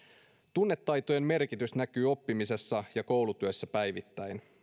tunnetaitojen merkitys näkyy oppimisessa ja koulutyössä päivittäin